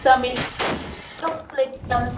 समिरा उलयतां